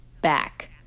back